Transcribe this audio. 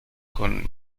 con